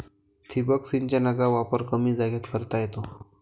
ठिबक सिंचनाचा वापर कमी जागेत करता येतो